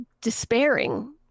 despairing